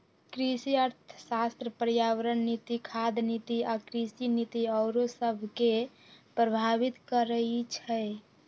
कृषि अर्थशास्त्र पर्यावरण नीति, खाद्य नीति आ कृषि नीति आउरो सभके प्रभावित करइ छै